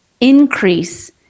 increase